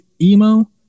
emo